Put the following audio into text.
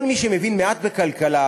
כל מי שמבין מעט בכלכלה,